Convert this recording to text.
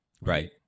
Right